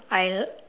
I l~